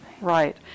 right